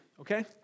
okay